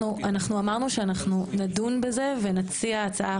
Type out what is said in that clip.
אנחנו אמרנו שאנחנו נדון בזה ונציע הצעה,